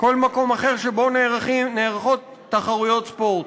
כל מקום אחר שבו נערכות תחרויות ספורט.